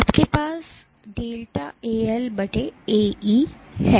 आपके पास delta AL AE है